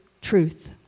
truth